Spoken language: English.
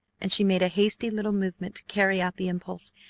and she made a hasty little movement to carry out the impulse,